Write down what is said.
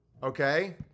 Okay